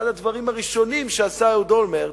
אחד הדברים הראשונים שעשה אהוד אולמרט